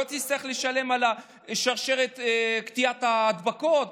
לא תצטרך לשלם על שרשרת קטיעת ההדבקה.